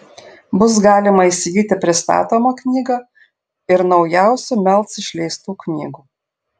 bus galima įsigyti pristatomą knygą ir naujausių melc išleistų knygų